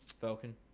Falcon